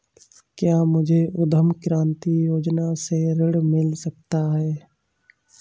क्या मुझे उद्यम क्रांति योजना से ऋण मिल सकता है?